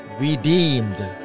Redeemed